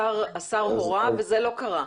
השר הורה וזה לא קרה.